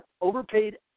overpaid